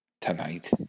tonight